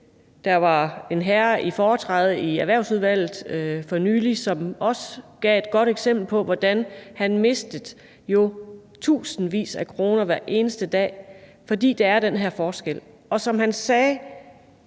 for nylig en herre i foretræde i Erhvervsudvalget, som også gav et godt eksempel på, hvordan han mistede tusindvis af kroner hver eneste dag, fordi der er den her forskel. Og som han sagde: